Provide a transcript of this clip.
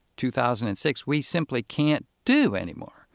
two thousand and six, we simply can't do anymore.